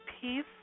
Peace